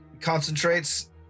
concentrates